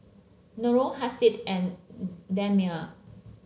Nurul Hasif and Damia